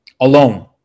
alone